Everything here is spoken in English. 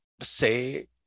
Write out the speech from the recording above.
say